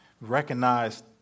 recognize